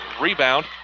Rebound